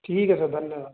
ठीक है सर धन्यवाद